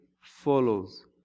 follows